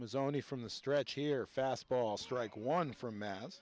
it was only from the stretch here fastball strike one from mat